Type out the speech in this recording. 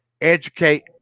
Educate